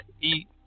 eat